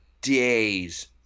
days